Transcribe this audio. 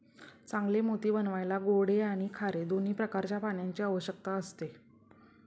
चांगले मोती बनवायला गोडे आणि खारे दोन्ही प्रकारच्या पाण्याची आवश्यकता असते